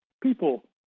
people